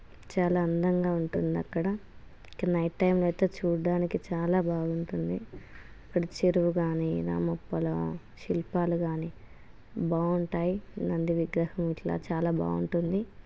చాలా అందంగా ఉంటుందక్కడ ఇక్కడ నైట్ టైం అయితే చూడడానికి చాలా బాగుంటుంది అక్కడ చెరువు కానీ రామప్పాలో శిల్పాలు కానీ బాగుంటాయి నంది విగ్రహం ఇట్ల చాలా బాగుంటుంది